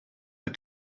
but